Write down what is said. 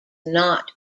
not